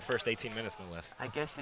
the first eighteen minutes the last i guess